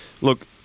look